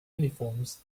uniforms